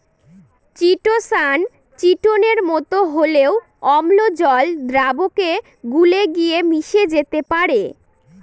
chitosan চিটোনের মতো হলেও অম্ল জল দ্রাবকে গুলে গিয়ে মিশে যেতে পারে